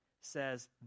says